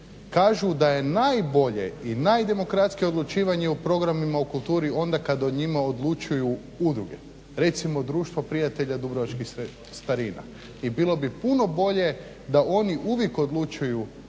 kažu da je najbolje i najdemokratskije odlučivanje o programima u kulturi onda kada o njima odlučuju udruge. Recimo Društvo prijatelja dubrovačkih starina i bilo bi puno bolje da oni uvijek odlučuju